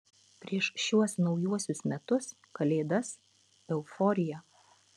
prieš šiuos naujuosius metus kalėdas euforija